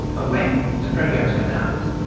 when the programs went out,